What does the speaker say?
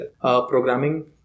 programming